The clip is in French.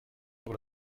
sur